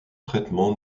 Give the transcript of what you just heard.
traitement